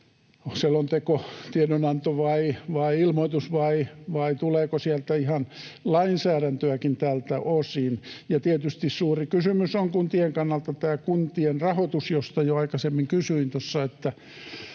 Onko se selonteko, tiedonanto vai ilmoitus, vai tuleeko sieltä ihan lainsäädäntöäkin tältä osin? Ja tietysti suuri kysymys on kuntien kannalta tämä kuntien rahoitus, josta jo aikaisemmin kysyin tuossa,